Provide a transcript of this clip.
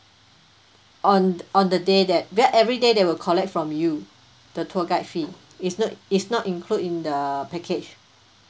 on th~ on the day that because every day they will collect from you the tour guide fee it's not it's not include in the package